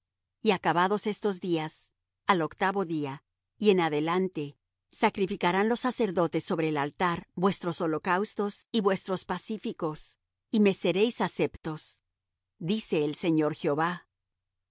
y acabados estos días al octavo día y en adelante sacrificarán los sacerdotes sobre el altar vuestros holocaustos y vuestros pacíficos y me seréis aceptos dice el señor jehová y